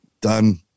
done